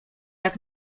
jak